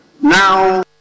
Now